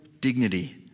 dignity